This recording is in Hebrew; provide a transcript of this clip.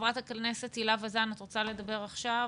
חברת הכנסת הילה וזאן, את רוצה לדבר עכשיו?